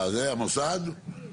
זה מוצדק.